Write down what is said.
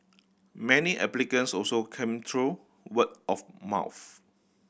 many applicants also came through word of mouth